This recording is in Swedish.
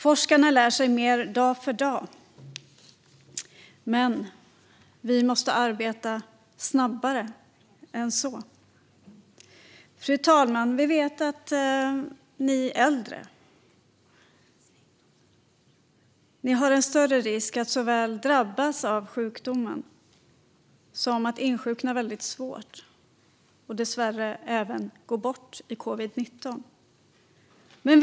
Forskarna lär sig mer dag för dag, men vi måste arbeta snabbare än så. Fru talman! Vi vet att de som är äldre löper större risk såväl att drabbas av sjukdomen som att insjukna väldigt svårt - och dessvärre även att gå bort i covid-19.